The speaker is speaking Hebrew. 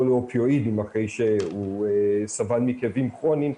לאופיואידים אחרי שהוא סבל מכאבים כרוניים,